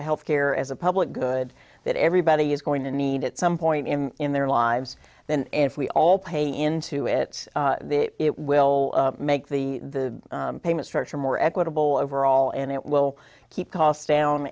health care as a public good that everybody is going to need at some point in in their lives then if we all pay into it it will make the the payment structure more equitable overall and it will keep costs down